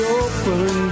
open